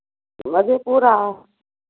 Madhepura